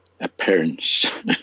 appearance